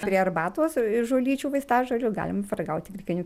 prie arbatos iš žolyčių vaistažolių galima paragauti grikinių